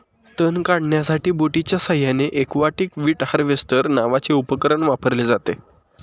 तण काढण्यासाठी बोटीच्या साहाय्याने एक्वाटिक वीड हार्वेस्टर नावाचे उपकरण वापरले जाते